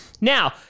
Now